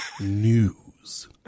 news